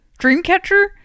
Dreamcatcher